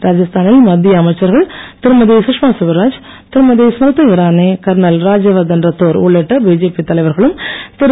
ராஜஸ்தானில் மத்திய அமைச்சர்கள் திருமதி சுஷ்மா சுவராஜ் திருமதி ஸ்மிருதி இரானி கர்னல் ராஜ்யவர்தன் ரத்தோர் உள்ளிட்ட பிஜேபி தலைவர்களும் திரு